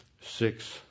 six